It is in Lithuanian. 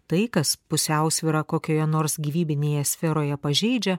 tai kas pusiausvyra kokioje nors gyvybinėje sferoje pažeidžia